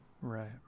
Right